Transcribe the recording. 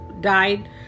died